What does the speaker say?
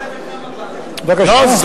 הוא כבר דחה את זה כמה פעמים,